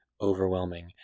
overwhelming